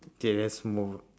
can rest more